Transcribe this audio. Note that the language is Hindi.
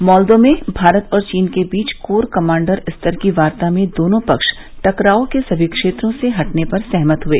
मॉल्दो में भारत और चीन के बीच कोर कमाडर स्तर की वार्ता में दोनों पक्ष टकराव के समी क्षेत्रों से हटने पर सहमत हुए